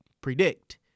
predict